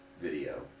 video